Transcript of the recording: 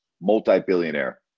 multi-billionaire